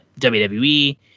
WWE